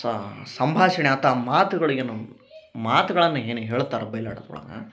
ಆ ಸಂಭಾಷಣೆ ಆತ ಮಾತುಗಳಿಗೇನು ಮಾತಗಳನ್ನ ಏನ್ ಹೇಳ್ತರೊ ಬೈಲಾಟದೊಳಗ